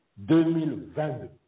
2022